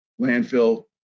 landfill